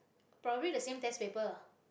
probably the same test paper